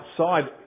outside